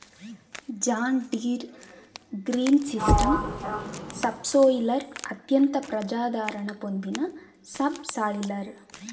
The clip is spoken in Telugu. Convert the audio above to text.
జాన్ డీర్ గ్రీన్సిస్టమ్ సబ్సోయిలర్ అత్యంత ప్రజాదరణ పొందిన సబ్ సాయిలర్